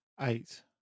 Eight